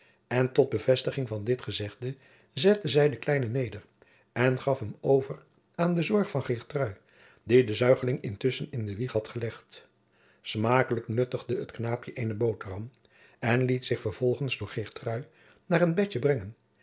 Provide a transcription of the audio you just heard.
en tot bevestiging van dit gezegde zette zij den kleinen neder en gaf hem over aan de zorg van geertrui die de zuigeling jacob van lennep de pleegzoon intusschen in de wieg had gelegd smakelijk nuttigde het knaapje eene boteram en liet zich vervolgens door geertrui naar een bedje brengen